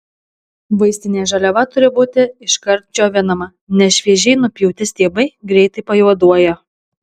vaistinė žaliava turi būti iškart džiovinama nes šviežiai nupjauti stiebai greitai pajuoduoja